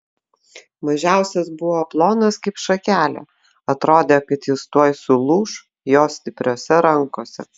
mažiausias buvo plonas kaip šakelė atrodė kad jis tuoj sulūš jo stipriose rankose